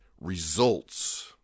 results